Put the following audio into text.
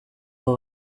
aba